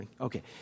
Okay